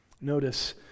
Notice